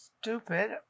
stupid